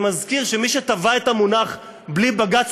אני מזכיר שמי שטבע את המונח "בלי בג"ץ